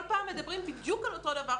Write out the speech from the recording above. כל פעם מדברים בדיוק על אותו דבר,